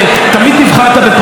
תמיד נבחרת בפריימריז.